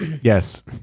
Yes